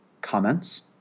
comments